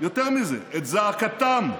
יותר מזה, את זעקתם,